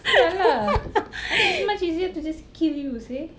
!siala! I think it's much easier to just kill you seh